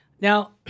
Now